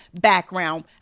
background